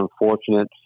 unfortunate